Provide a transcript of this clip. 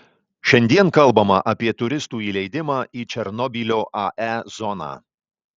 šiandien kalbama apie turistų įleidimą į černobylio ae zoną